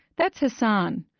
that's hassan.